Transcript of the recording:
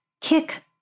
Kick